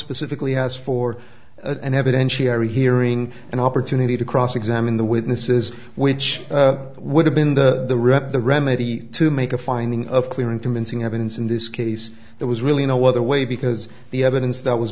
specifically asked for an evidentiary hearing an opportunity to cross examine the witnesses which would have been the the remedy to make a finding of clear and convincing evidence in this case there was really no other way because the evidence that was